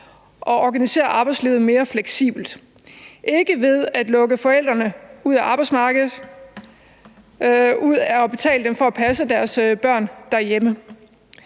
og organisere arbejdslivet mere fleksibelt, ikke ved at lukke forældrene ude af arbejdsmarkedet og betale dem for at passe deres børn derhjemme.